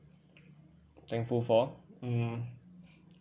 thankful for mm